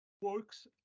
works